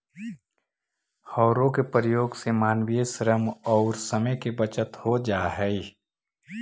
हौरो के प्रयोग से मानवीय श्रम औउर समय के बचत हो जा हई